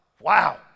Wow